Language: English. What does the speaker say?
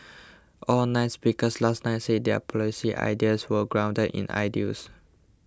all nine speakers last night said their policy ideas were grounded in ideals